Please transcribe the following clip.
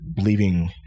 leaving